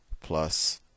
plus